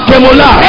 Kemola